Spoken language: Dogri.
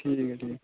ठीक ऐ ठीक